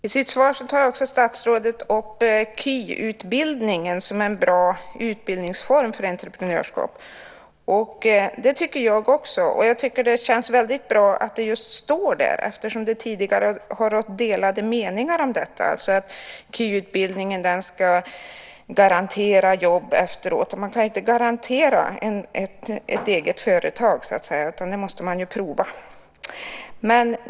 Fru talman! I sitt svar tar statsrådet också upp KY som en bra utbildningsform för entreprenörskap, och det tycker jag också. Det känns väldigt bra att det står i svaret eftersom det tidigare har rått delade meningar om detta. KY ska garantera jobb efteråt. Men man kan inte garantera att det fungerar med ett eget företag, utan det måste man ju prova själv.